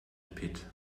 pit